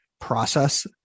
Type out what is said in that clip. process